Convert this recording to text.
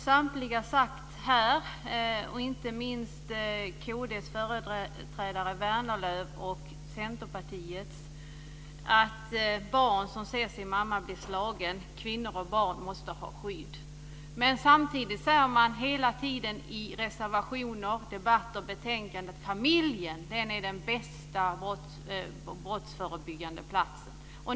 Samtliga här - inte minst kd:s företrädare Vänerlöv och Centerpartiets företrädare - har sagt att barn som ser sin mamma bli slagen måste ha skydd tillsammans med mamman. Men samtidigt kommer det i reservationer, i debatten och i betänkandet hela tiden fram att man tycker att familjen är den bästa brottsförebyggande enheten.